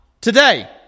today